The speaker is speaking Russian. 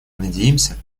надеемся